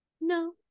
No